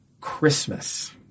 Christmas